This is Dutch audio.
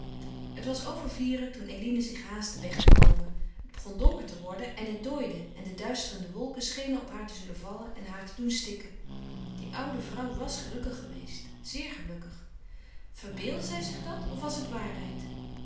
het was over vieren toen eline zich haastte weg te komen het begon donker te worden en het dooide en de duisterende wolken schenen op haar te zullen vallen en haar te doen stikken die oude vrouw was gelukkig geweest zeer gelukkig verbeeldde zij zich dat of was het waarheid